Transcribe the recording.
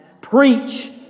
Preach